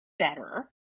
Better